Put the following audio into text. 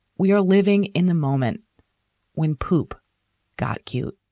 we are living in the moment when poop got cute